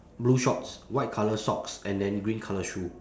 blue shorts white colour socks and then green colour shoe